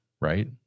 right